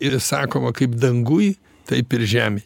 ir sakoma kaip danguj taip ir žemėj